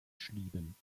schlieben